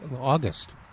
August